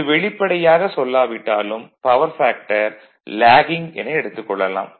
இங்கு வெளிப்படையாக சொல்லாவிட்டாலும் பவர் ஃபேக்டர் லேகிங் என எடுத்துக் கொள்ளலாம்